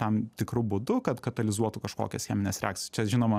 tam tikru būdu kad katalizuotų kažkokias chemines reakcijas čia žinoma